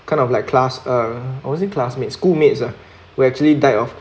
kind of like class uh I will say classmates schoolmates ah who actually die of